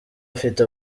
afite